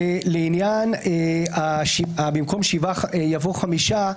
לעניין "במקום שבעה יבוא חמישה",